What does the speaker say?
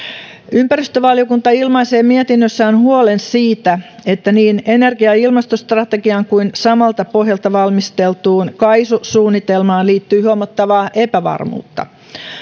ympäristövaliokunta ilmaisee mietinnössään huolen siitä että niin energia ja ilmastostrategiaan kuin samalta pohjalta valmisteltuun kaisu suunnitelmaan liittyy huomattavaa epävarmuutta